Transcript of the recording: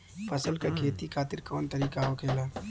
फसल का खेती खातिर कवन तरीका होखेला?